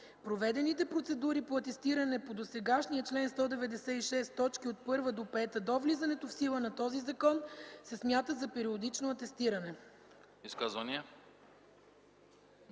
Проведените процедури по атестиране по досегашния чл. 196, т. 1-5 до влизането в сила на този закон, се смятат за периодично атестиране.”